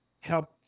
help